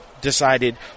decided